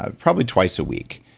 ah probably twice a week.